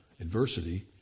adversity